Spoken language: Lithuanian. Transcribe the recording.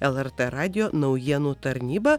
lrt radijo naujienų tarnyba